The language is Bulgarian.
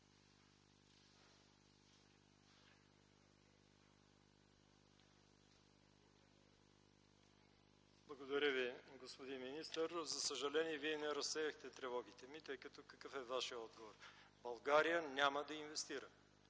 Благодаря Ви, господин министър. За съжаление Вие не разсеяхте тревогите ми, тъй като какъв е Вашият отговор – България няма да инвестира.